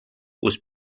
was